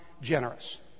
generous